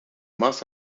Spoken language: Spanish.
más